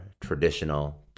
traditional